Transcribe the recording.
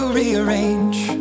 rearrange